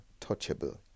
touchable